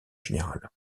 général